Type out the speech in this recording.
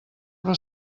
però